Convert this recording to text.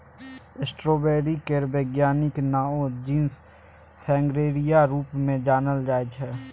strawberry केर बैज्ञानिक नाओ जिनस फ्रेगेरिया रुप मे जानल जाइ छै